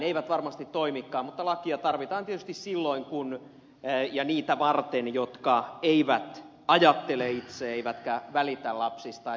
eivät varmasti toimikaan mutta lakia tarvitaan tietysti silloin ja niitä varten jotka eivät ajattele itse eivätkä välitä lapsistaan